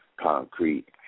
concrete